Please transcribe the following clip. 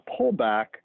pullback